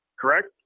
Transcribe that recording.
Correct